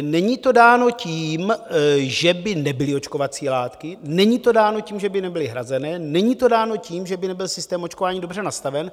Není to dáno tím, že by nebyly očkovací látky, není to dáno tím, že by nebyly hrazené, není to dáno tím, že by nebyl systém očkování dobře nastaven.